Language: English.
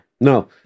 no